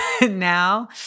Now